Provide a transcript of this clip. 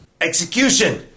Execution